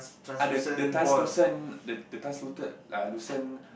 ah the the translucent the the translucent ah translucent